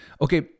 okay